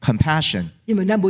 Compassion